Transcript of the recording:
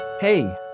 Hey